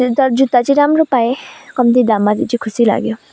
त्यो जुत्ता चाहिँ राम्रो पाएँ कम्ती दाममा जुन चाहिँ खुसी लाग्यो